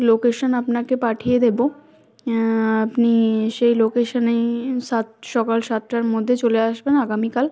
location আপনাকে পাঠিয়ে দেব আপনি সেই লোকেশনেই সাত সকাল সাতটার মধ্যে চলে আসবেন আগামীকাল